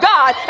God